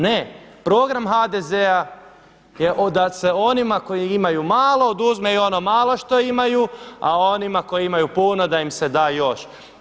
Ne, program HDZ je da se onima koji imaju malo oduzme i ono malo što imaju, a onima koji imaju puno da im se da još.